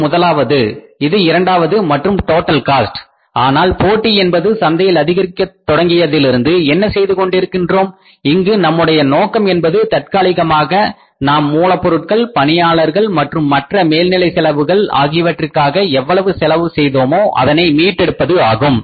இது முதலாவது இது இரண்டாவது மற்றும் டோட்டல் காஸ்ட் ஆனால் போட்டி என்பது சந்தையில் அதிகரிக்க தொடங்கியதிலிருந்து என்ன செய்து கொண்டிருக்கின்றோம் இங்கு நம்முடைய நோக்கம் என்பது தற்காலிகமாக நாம் மூலப்பொருட்கள் பணியாளர்கள் மற்றும் மற்ற மேல்நிலை செலவுகள் ஆகியவற்றிற்காக எவ்வளவு செலவு செய்தோமோ அதனை மீட்டெடுப்பது ஆகும்